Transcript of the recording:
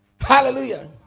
Hallelujah